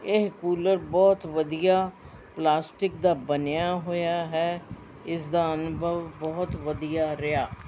ਇਹ ਕੂਲਰ ਬਹੁਤ ਵਧੀਆ ਪਲਾਸਟਿਕ ਦਾ ਬਣਿਆ ਹੋਇਆ ਹੈ ਇਸਦਾ ਅਨੁਭਵ ਬਹੁਤ ਵਧੀਆ ਰਿਹਾ